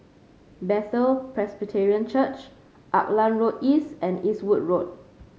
Bethel Presbyterian Church Auckland Road East and Eastwood Road